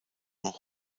noch